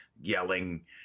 yelling